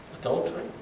adultery